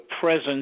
presence